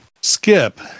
skip